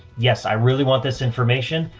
yes, i really want this information.